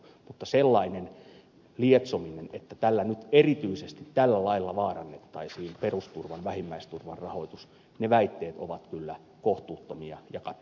mutta sellainen lietsominen ja sellaiset väitteet että erityisesti nyt tällä lailla vaarannettaisiin perusturvan vähimmäisturvan rahoitus ovat kyllä kohtuuttomia ja katteettomia